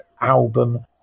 album